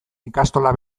ikastola